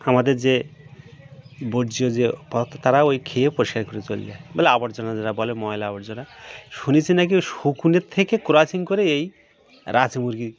আমাদের যে বর্জ্য যে পদার্থ তারা ওই খেয়ে পরিষ্কার করে চলে যায় বলে আবর্জনা যারা বলে ময়লা আবর্জনা শুনেছি নাকি ওই শুকুনের থেকে ক্রসিং করে এই রাঁচি মুরগি